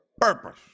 purpose